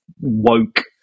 woke